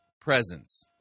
presence